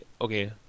okay